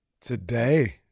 today